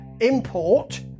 import